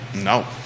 No